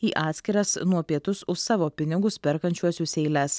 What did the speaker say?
į atskiras nuo pietus už savo pinigus perkančiuosius eiles